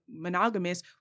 monogamous